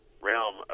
realm